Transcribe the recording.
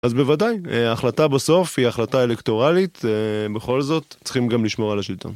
אז בוודאי, ההחלטה בסוף היא החלטה אלקטורלית, בכל זאת צריכים גם לשמור על השלטון.